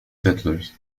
settlers